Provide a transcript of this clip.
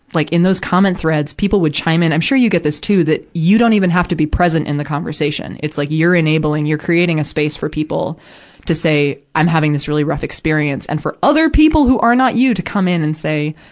like, in those comment threads, people would chime in i'm sure you get this, too, that you don't even have to be present in the conversation. it's, like, you're enabling, you're creating a space for people to say, i'm having this really rough experience, and for other people who are not you to come in and say,